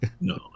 No